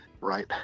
Right